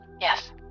Yes